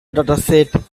dataset